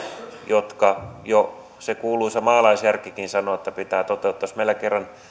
jotka jo se kuuluisa maalaisjärkikin näin sanoo pitää toteuttaa jos meillä kerran